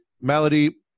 malady